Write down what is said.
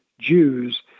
Jews